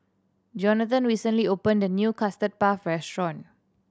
Jonathan recently opened a new Custard Puff restaurant